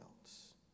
else